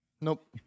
Nope